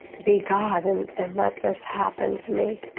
be god? and and let this happen to me?